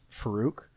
Farouk